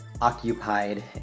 occupied